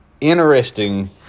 interesting